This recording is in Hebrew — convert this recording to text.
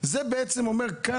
כי הוא נמצא במצב קשה.